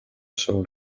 cycle